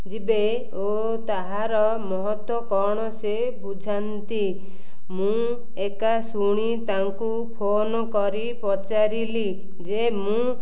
ଯିବେ ଓ ତାହାର ମହତ୍ତ୍ୱ କଣ ସେ ବୁଝାନ୍ତି ମୁଁ ଏକା ଶୁଣି ତାଙ୍କୁ ଫୋନ କରି ପଚାରିଲି ଯେ ମୁଁ